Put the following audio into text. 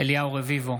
אליהו רביבו,